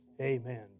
amen